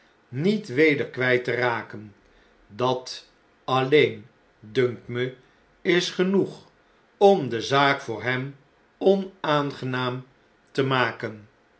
niet weder kwijt te raken dat alieen dunkt me is genoeg om de zaak voor hem onaangenaam te maken